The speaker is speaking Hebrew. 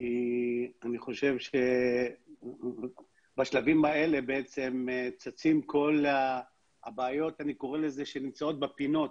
כי אני חושב שבשלבים האלה בעצם צצות כל הבעיות שנמצאות בפינות,